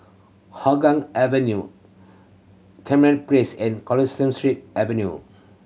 Hougang Avenue Place and Street Avenue